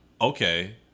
Okay